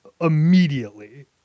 immediately